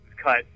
cut